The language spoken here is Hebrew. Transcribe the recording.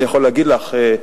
אני יכול להגיד לך,